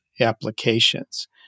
applications